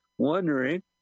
Wondering